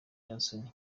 johnson